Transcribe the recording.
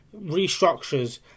restructures